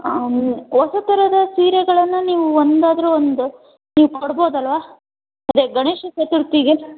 ಹಾಂ ಹೊಸ ಥರದ ಸೀರೆಗಳನ್ನು ನೀವು ಒಂದಾದರೂ ಒಂದು ನೀವು ಕೊಡ್ಬೋದಲ್ಲವಾ ಅದೇ ಗಣೇಶ ಚತುರ್ಥಿಗೆ